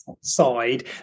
side